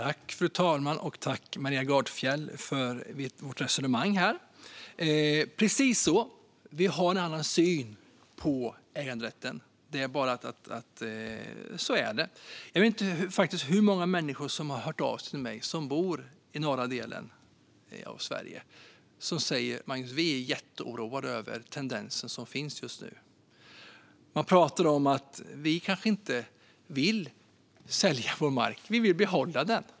Fru talman! Tack, Maria Gardfjell, för vårt resonemang här! Precis så är det: Vi har en annan syn på äganderätten. Det är bara att konstatera; så är det. Jag vet inte hur många människor som bor i norra delen av Sverige som har hört av sig till mig. De säger: Magnus, vi är jätteoroade över den tendens som finns just nu. Vi kanske inte vill sälja vår mark. Vi vill behålla den!